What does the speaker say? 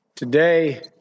Today